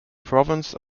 province